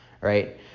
right